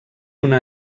una